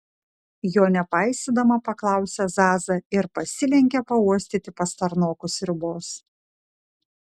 jo nepaisydama paklausė zaza ir pasilenkė pauostyti pastarnokų sriubos